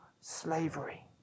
slavery